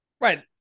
right